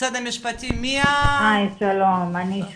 אני רפרנטית דת ומדינה.